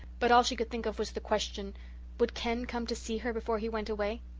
but all she could think of was the question would ken come to see her before he went away?